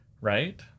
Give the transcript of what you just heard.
Right